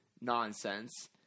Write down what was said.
nonsense